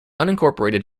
unincorporated